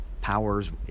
powers